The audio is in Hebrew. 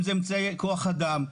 אמצעי כוח אדם,